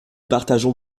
partageons